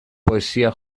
poesía